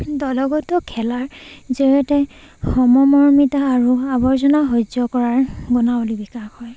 দলগত খেলাৰ জৰিয়তে সমমৰ্মিতা আৰু আৱৰ্জনা সহ্য কৰাৰ মনৰ বিকাশ হয়